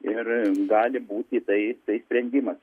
ir gali būti tai tai sprendimas